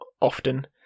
often